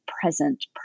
present